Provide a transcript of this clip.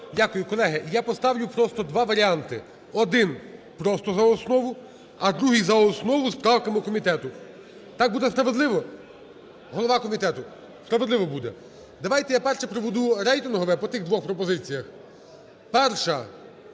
Дякую. Колеги, я поставлю просто два варіанти: один – просто за основу, а другий – за основу з правками комітету. Так буде справедливо? Голова комітету, справедливо буде? Давайте я перше проведу рейтингове по тих двох пропозиціях. Перша,